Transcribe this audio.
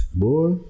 boy